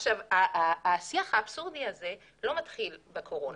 השיח האבסורדי הזה לא מתחיל בקורונה.